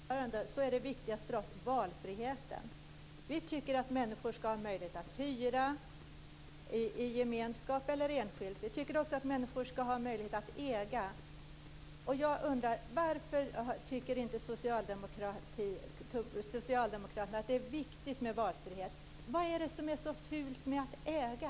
Fru talman! För oss i Centerpartiet - jag upprepar det ifall du inte hörde vad jag sade i mitt huvudanförande - är valfriheten viktigast. Vi tycker att människor skall ha möjlighet att hyra, i gemenskap eller enskilt. Vi tycker också att människor skall ha möjlighet att äga. Varför tycker inte socialdemokraterna att det är viktigt med valfrihet? Vad är det som är så fult med att äga?